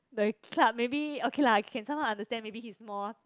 the club maybe okay lah can somehow understand maybe he is more